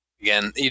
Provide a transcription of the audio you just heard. again